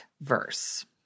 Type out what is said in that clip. verse